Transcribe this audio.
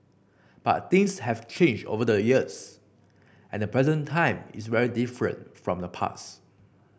but things have changed over the years and the present time is very different from the past